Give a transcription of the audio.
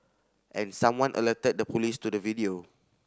and someone alerted the police to the video